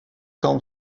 camp